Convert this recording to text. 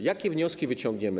Jakie wnioski wyciągniemy?